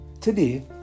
Today